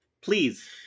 please